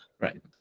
Right